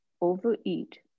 overeat